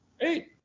Hey